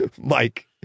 mike